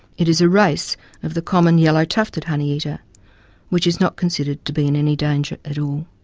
it is a race of the common yellow-tufted honeyeater which is not considered to be in any danger at all.